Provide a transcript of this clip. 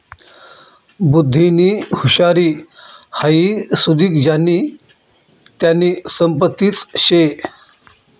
बुध्दीनी हुशारी हाई सुदीक ज्यानी त्यानी संपत्तीच शे